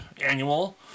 annual